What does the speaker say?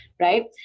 Right